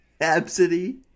Absidy